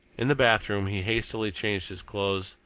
in the bathroom he hastily changed his clothes,